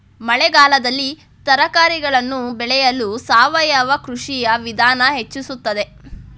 ಮಳೆಗಾಲದಲ್ಲಿ ತರಕಾರಿಗಳನ್ನು ಬೆಳೆಯಲು ಸಾವಯವ ಕೃಷಿಯ ವಿಧಾನ ಹೆಚ್ಚಿಸುತ್ತದೆ?